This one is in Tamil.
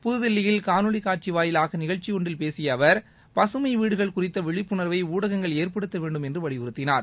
புத்தில்லியில் காணொலி காட்சி வாயிவாக நிகழ்ச்சிபொன்றில் பேசிய அவர் பசுமை வீடுகள் குறித்த விழிப்புணர்வை ஊடகங்கள் ஏற்படுத்த வேண்டும் என்று வலியுறுத்தினார்